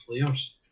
players